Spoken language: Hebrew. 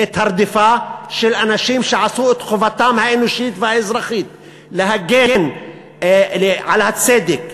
את הרדיפה של אנשים שעשו את חובתם האנושית והאזרחית להגן על הצדק,